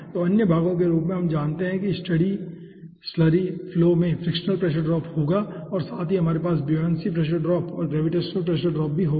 तो अन्य भागों के रूप में हम जानते हैं कि स्टेडी स्लरी फ्लो में फ्रिक्शनल प्रेशर ड्रॉप होगा और साथ ही हमारे पास ब्योयांसी प्रेशर ड्रॉप या ग्रेविटेशनल प्रेशर ड्रॉप होगा